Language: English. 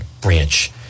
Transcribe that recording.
branch